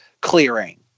clearing